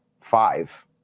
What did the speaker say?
five